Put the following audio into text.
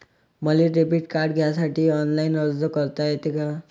मले debit card घ्यासाठी online अर्ज करता येते का?